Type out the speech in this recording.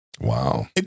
Wow